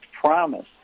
promise